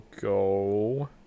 go